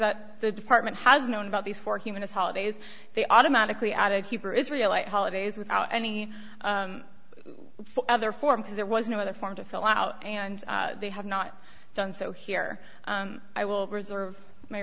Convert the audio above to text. that the department has known about these for humanist holidays they automatically added keeper israel at holidays without any other form because there was no other form to fill out and they have not done so here i will reserve my